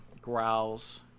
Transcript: growls